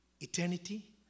eternity